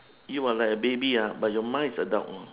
you are like a baby ah but your mind is adult know